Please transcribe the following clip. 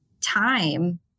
time